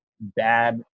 bad